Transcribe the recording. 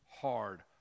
hard